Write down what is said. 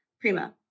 Prima